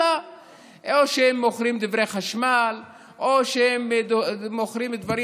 אלא או שהם מוכרים דברי חשמל או שהם מוכרים דברים